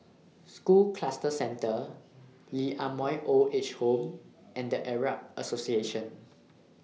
School Cluster Centre Lee Ah Mooi Old Age Home and The Arab Association